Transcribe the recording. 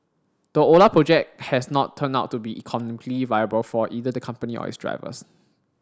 the Ola project has not turned out to be economically viable for either the company or its drivers